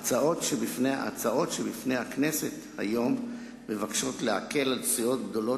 ההצעות שבפני הכנסת היום מבקשות להקל על סיעות גדולות